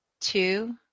two